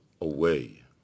away